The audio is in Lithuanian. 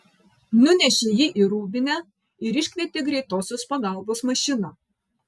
nunešė jį į rūbinę ir iškvietė greitosios pagalbos mašiną